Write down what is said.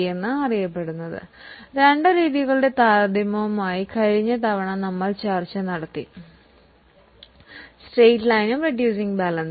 കഴിഞ്ഞ തവണ രണ്ട് രീതികളുടെ താരതമ്യവുമായി നമ്മൾ ചർച്ച നിർത്തി സ്ട്രെയ്റ്റ് ലൈൻ റെഡ്യൂസിങ്ങ് ബാലൻസ്